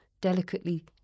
delicately